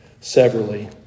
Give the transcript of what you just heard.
severally